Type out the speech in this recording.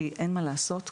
כי אין מה לעשות,